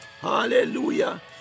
hallelujah